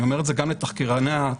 אני אומר את זה גם לתחקירני התוכנית,